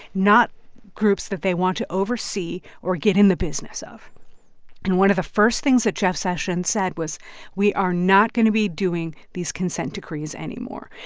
not groups that they want to oversee or get in the business of and one of the first things that jeff sessions said was we are not going to be doing these consent decrees anymore.